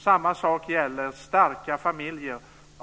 Samma sak gäller starka familjer.